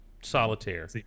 Solitaire